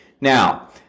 now